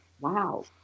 wow